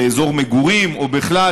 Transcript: באזור מגורים או בכלל,